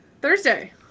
Thursday